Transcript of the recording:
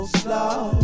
slow